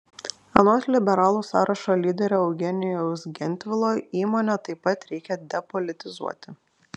anot liberalų sąrašo lyderio eugenijaus gentvilo įmonę taip pat reikia depolitizuoti